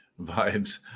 Vibes